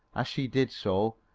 as she did so,